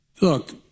look